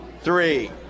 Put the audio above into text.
three